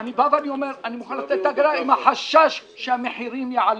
אני אומר שאני מוכן לתת את ההגנה עם החשש שהמחירים יעלו.